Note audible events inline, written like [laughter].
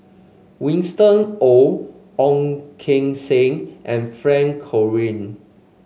Winston Oh Ong Keng Sen and Frank [unintelligible]